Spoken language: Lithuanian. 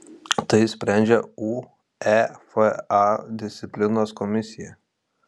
tai sprendžia uefa disciplinos komisija